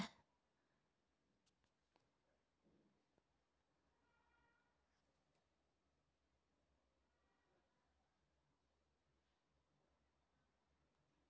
क्या मुझे तीन हज़ार रूपये मासिक का ऋण मिल सकता है?